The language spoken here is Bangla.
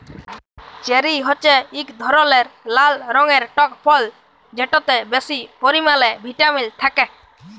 চেরি হছে ইক ধরলের লাল রঙের টক ফল যেটতে বেশি পরিমালে ভিটামিল থ্যাকে